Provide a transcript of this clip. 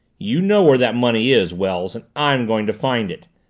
you know where that money is, wells, and i'm going to find it!